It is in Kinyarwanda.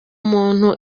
muntu